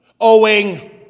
owing